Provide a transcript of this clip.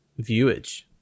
viewage